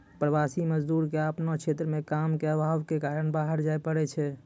प्रवासी मजदूर क आपनो क्षेत्र म काम के आभाव कॅ कारन बाहर जाय पड़ै छै